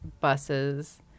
buses